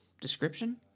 description